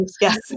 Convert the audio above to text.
Yes